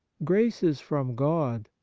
graces from god,